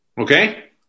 Okay